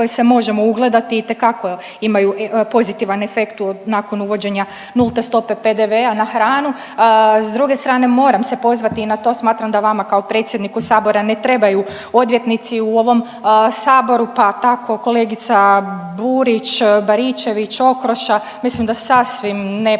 koje se možemo ugledati itekako imaju pozitivan efekt nakon uvođenja nulte stope PDV-a na hranu, a s druge strane moram se pozvati i na to smatram da vama kao predsjedniku sabora ne trebaju odvjetnici u ovom saboru, pa tako kolegica Burić, Baričević, Okroša, mislim da sasvim